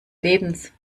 lebens